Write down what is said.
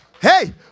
Hey